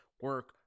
Work